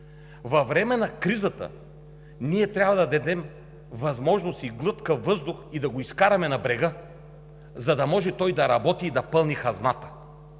Във времето на кризата трябва да дадем възможност и за глътка въздух, и да го изкараме на брега, за да може той да работи и да пълни хазната,